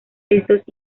estos